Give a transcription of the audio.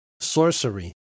sorcery